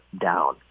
down